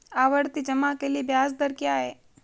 आवर्ती जमा के लिए ब्याज दर क्या है?